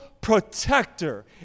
protector